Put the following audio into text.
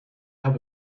have